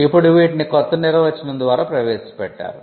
ఇప్పుడు వీటిని కొత్త నిర్వచనం ద్వారా ప్రవేశపెట్టారు